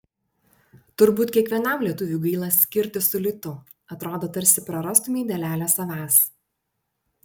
turbūt kiekvienam lietuviui gaila skirtis su litu atrodo tarsi prarastumei dalelę savęs